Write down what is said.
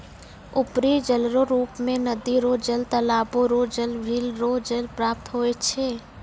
उपरी जलरो रुप मे नदी रो जल, तालाबो रो जल, झिल रो जल प्राप्त होय छै